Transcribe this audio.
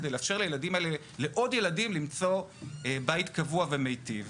כדי לאפשר לעוד ילדים למצוא בית קבוע ומיטיב.